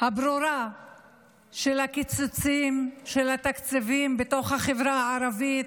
הברורה של הקיצוצים בתקציבים לחברה הערבית